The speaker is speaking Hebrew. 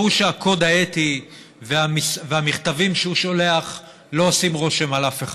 ברור שהקוד האתי והמכתבים שהוא שולח לא עושים רושם על אף אחד.